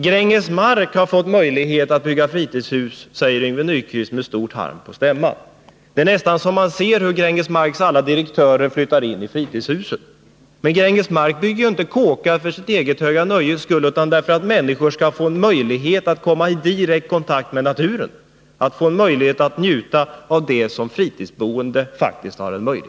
Gränges Mark har fått möjlighet att bygga fritidshus, säger Yngve Nyquist med djup harm. Det är nästan så att man ser hur Gränges Marks alla direktörer flyttar in i fritidshusen. Men Gränges Mark bygger inte hus för sitt eget höga nöjes skull, utan därför att människor skall få en möjlighet att komma i direkt kontakt med naturen och njuta av det som ett fritidsboende faktiskt kan erbjuda.